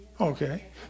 Okay